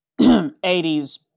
80s